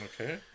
okay